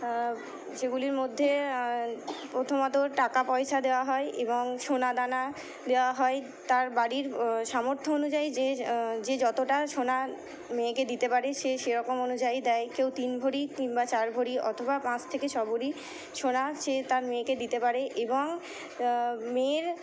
সেগুলির মধ্যে প্রথমত টাকা পয়সা দেওয়া হয় এবং সোনা দানা দেওয়া হয় তার বাড়ির সামর্থ্য অনুযায়ী যে যে যতটা সোনা মেয়েকে দিতে পারে সে সেরকম অনুযায়ী দেয় কেউ তিন ভরি কিংবা চার ভরি অথবা পাঁচ থেকে ছ ভরি সোনা সে তার মেয়েকে দিতে পারে এবং মেয়ের